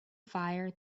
fire